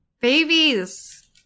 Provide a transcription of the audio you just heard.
babies